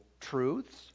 truths